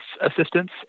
assistance